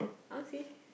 I want see